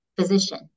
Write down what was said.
physician